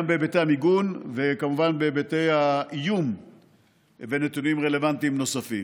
בהיבטי המיגון וכמובן בהיבטי האיום ונתונים רלוונטיים נוספים.